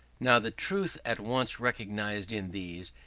now, the truth at once recognized in these,